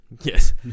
Yes